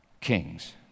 kings